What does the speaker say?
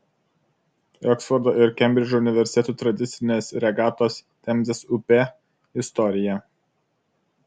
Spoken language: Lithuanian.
oksfordo ir kembridžo universitetų tradicinės regatos temzės upe istorija